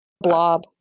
Blob